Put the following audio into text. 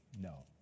no